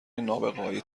نابغههای